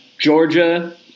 Georgia